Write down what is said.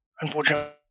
unfortunately